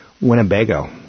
Winnebago